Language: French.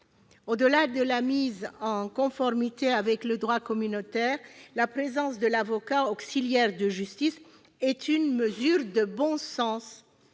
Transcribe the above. Au-delà de la mise en conformité avec le droit communautaire, la présence de l'avocat, auxiliaire de justice, est une mesure de bon sens